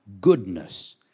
goodness